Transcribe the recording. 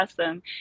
awesome